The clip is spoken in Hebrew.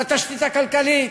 לתשתית הכלכלית.